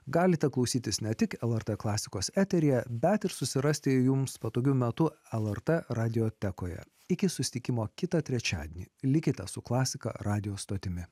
galite klausytis ne tik lrt klasikos eteryje bet ir susirasti jums patogiu metu lrt radiotekoje iki susitikimo kitą trečiadienį likite su klasika radijo stotimi